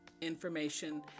information